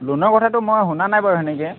লোনৰ কথাটো মই শুনা নাই বাৰু তেনেকৈ